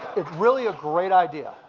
it's really a great idea.